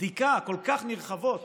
בדיקה כל כך נרחבות,